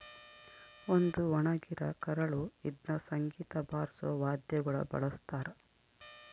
ಒಂದು ಒಣಗಿರ ಕರಳು ಇದ್ನ ಸಂಗೀತ ಬಾರ್ಸೋ ವಾದ್ಯಗುಳ ಬಳಸ್ತಾರ